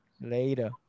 later